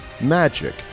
magic